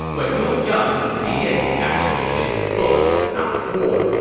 when he was young li dian was actually into books, not war,